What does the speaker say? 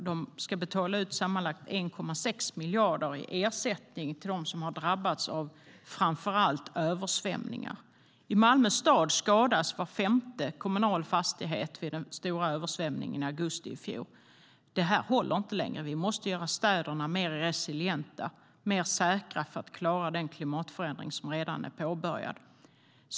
De ska betala ut sammanlagt 1,6 miljarder i ersättning till dem som har drabbats av framför allt översvämningar. I Malmö stad skadades var femte kommunal fastighet vid den stora översvämningen i augusti i fjol. Det här håller inte längre. Vi måste göra städerna mer resilienta, mer säkra, för att klara den klimatförändring som redan är påbörjad.